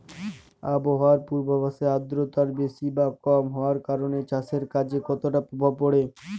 আবহাওয়ার পূর্বাভাসে আর্দ্রতা বেশি বা কম হওয়ার কারণে চাষের কাজে কতটা প্রভাব পড়ে?